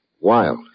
wild